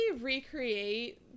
recreate-